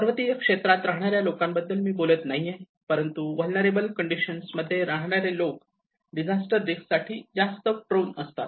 पर्वतीय क्षेत्रात राहणाऱ्या लोकांबद्दल मी बोलत नाहीये परंतु व्हेलनेराबल कंडिशन मध्ये राहणारे लोक डिजास्टर रिस्क साठी जास्त प्रोन असतात